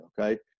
okay